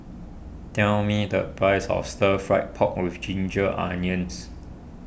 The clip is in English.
tell me the price of Stir Fry Pork with Ginger Onions